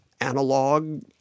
analog